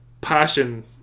passion